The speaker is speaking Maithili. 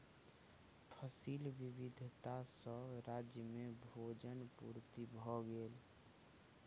फसिल विविधता सॅ राज्य में भोजन पूर्ति भ गेल